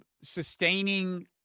sustaining